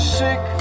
sick